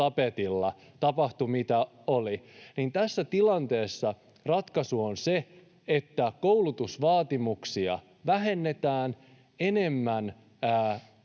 tapetilla, oli miten oli. Tässä tilanteessa ratkaisu on se, että koulutusvaatimuksia vähennetään